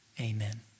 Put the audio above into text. Amen